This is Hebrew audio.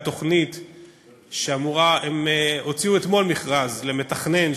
הם הוציאו אתמול מכרז למתכנן,